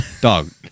Dog